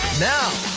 now,